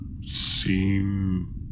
seen